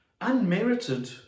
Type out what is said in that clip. unmerited